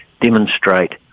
demonstrate